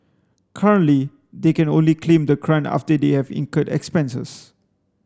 currently they can only claim the grant after they have incurred expenses